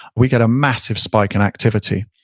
we get a massive spike in activity.